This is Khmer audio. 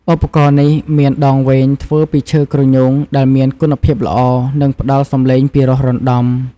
ឧបករណ៍នេះមានដងវែងធ្វើពីឈើគ្រញូង ដែលមានគុណភាពល្អ និងផ្តល់សំឡេងពីរោះរណ្ដំ។